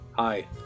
Hi